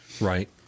Right